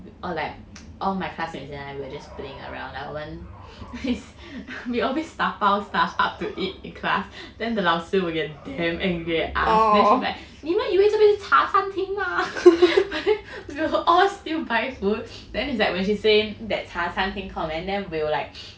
like all my classmates and I were just playing around lah like weren't it's we always 打包 stuff up to eat in class then the 老师 will get damn angry at us then she will be like 你们以为这边是茶餐厅吗 we will all still buying food then when she say that 茶餐厅 comment then we will like